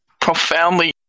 profoundly